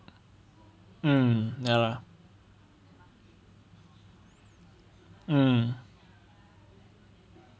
mm ya mm